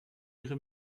ihre